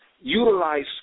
utilize